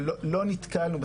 אבל לא נתקלנו,